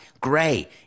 gray